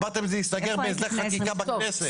אמרתם 'זה ייסגר בהסדר חקיקה בכנסת'.